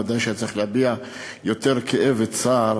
ובוודאי שהיה צריך להביע יותר כאב וצער